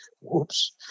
whoops